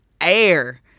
air